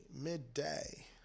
Midday